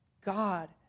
God